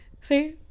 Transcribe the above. See